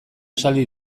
esaldi